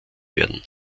werden